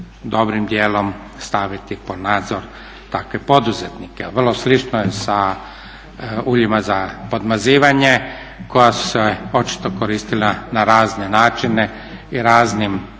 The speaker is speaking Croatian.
dobrim dijelom staviti pod nadzor takve poduzetnike. Vrlo slično je sa uljima za podmazivanje koja su se očito koristila na razne načine i raznim